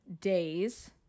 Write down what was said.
days